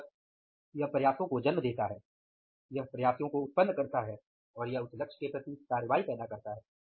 अतः यह प्रयासों को जन्म देता है और यह उस लक्ष्य के प्रति कार्रवाई पैदा करता है